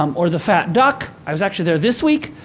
um or the fat duck, i was actually there this week.